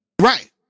Right